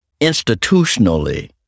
institutionally